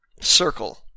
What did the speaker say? circle